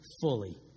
fully